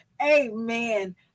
Amen